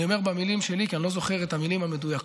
אני אומר במילים שלי כי אני לא זוכר את המילים המדויקות,